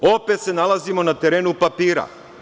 Opet se nalazimo na terenu papira.